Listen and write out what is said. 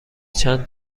چند